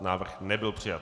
Návrh nebyl přijat.